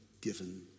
given